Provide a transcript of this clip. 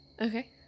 Okay